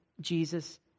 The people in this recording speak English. jesus